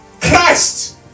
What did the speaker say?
Christ